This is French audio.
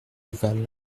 val